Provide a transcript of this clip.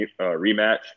rematch